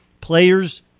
players